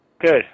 Good